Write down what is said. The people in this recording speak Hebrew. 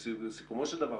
בסיכומו של דבר,